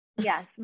Yes